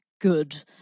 good